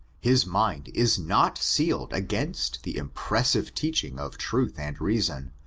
his mind is not sealed against the impressive teaching of truth and reason,